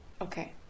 Okay